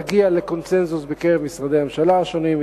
תגיע לקונסנזוס בקרב משרדי הממשלה השונים,